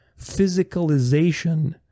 physicalization